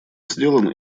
сделан